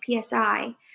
psi